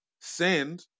send